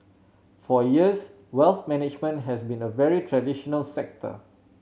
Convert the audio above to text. for years wealth management has been a very traditional sector